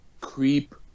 creep